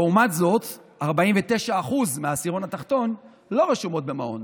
לעומת זאת, 49% מהעשירון התחתון לא רשומים למעון.